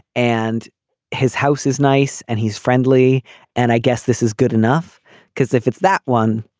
and his house is nice and he's friendly and i guess this is good enough cause if it's that one